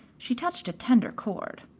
she touched a tender cord.